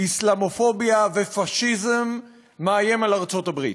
אסלאמופוביה ופאשיזם מאיים על ארצות-הברית,